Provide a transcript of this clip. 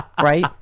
right